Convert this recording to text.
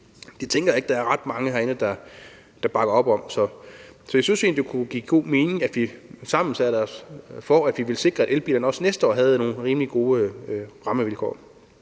Det tænker jeg ikke der er ret mange herinde der bakker op om. Så jeg synes egentlig, det kunne give god mening, at vi sammen satte os for, at vi ville sikre, at elbilerne også næste år havde nogle rimelig gode rammevilkår,